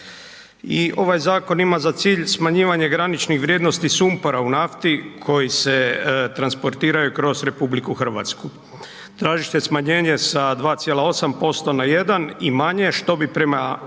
i ovaj zakon ima za cilj smanjivanje graničnih vrijednosti sumpora u nafti koji se transportiraju kroz RH. Traži se smanjenje sa 2,8 na 1 i manje što bi prema